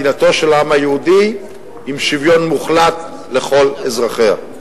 מדינתו של העם היהודי עם שוויון מוחלט לכל אזרחיה.